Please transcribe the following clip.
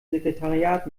sekretariat